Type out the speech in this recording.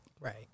right